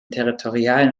territorialen